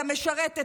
המשרתת,